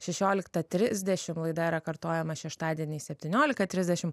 šešioliktą trisdešim laida yra kartojama šeštadieniais septyniolika trisdešim